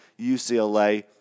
UCLA